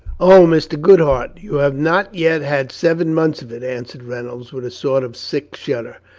oh, mr. goodhart, you have not yet had seven months of it, answered reynolds, with a sort of sick shudder.